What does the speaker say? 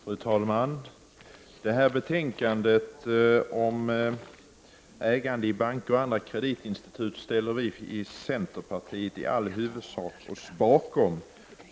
Fru talman! Detta betänkande om ägandet i banker och andra kreditinstitut ställer vi i centerpartiet oss huvudsakligen bakom.